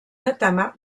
notamment